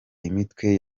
imitwe